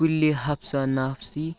کُلہِ حفسہ نافسی